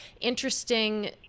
interesting